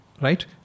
right